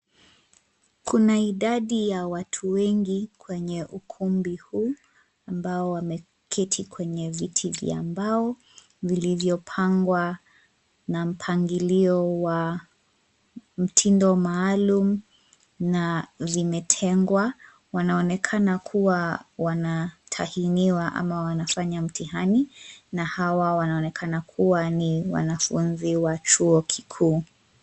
Kuna idadi ya watu wengi kwenye ukumbi huu ambao wameketi kwenye viti vya mbao vilivyopangwa na mpangilio wa mtindo maalum na vimetengwa. Wanaonekana kuwa wanatahiniwa ama wanafanya mtihani na hawa wanaonekana kuwa ni wanafunzi wa chuo kikuu.